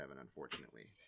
unfortunately